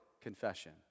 confession